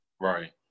Right